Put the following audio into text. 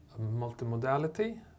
multimodality